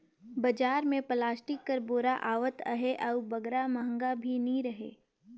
बजार मे पलास्टिक कर बोरा आवत अहे अउ बगरा महगा घलो नी रहें